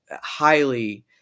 highly